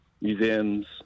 museums